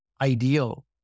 ideal